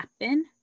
happen